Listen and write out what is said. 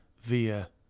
via